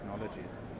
technologies